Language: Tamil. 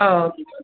ஆ ஓகே